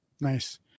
nice